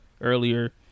earlier